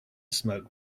smoke